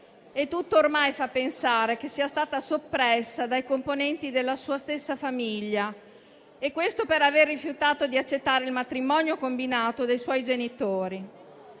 e tutto ormai fa pensare che sia stata soppressa dai componenti della sua stessa famiglia. Questo per aver rifiutato di accettare il matrimonio combinato dai suoi genitori.